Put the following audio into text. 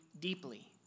deeply